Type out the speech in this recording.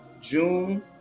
June